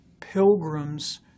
Pilgrims